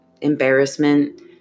embarrassment